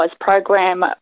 program